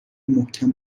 محکم